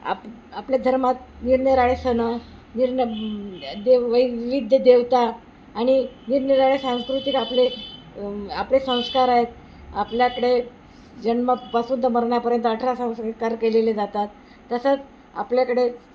आप आपल्या धर्मात निरनिराळे सण निरन देव वैविध्य देवता आणि निरनिराळे सांस्कृतिक आपले आपले संस्कार आहेत आपल्याकडे जन्मापासून ते मरण्यापर्यंत अठरा संस्कार केलेले जातात तसंच आपल्याकडे